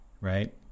right